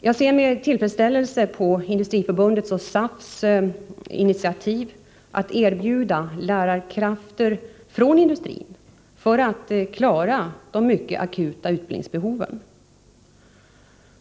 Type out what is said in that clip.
Jag ser med tillfredsställelse på Industriförbundets och SAF::s initiativ att erbjuda lärarkrafter från industrin för att klara de mycket akuta utbildningsbehoven.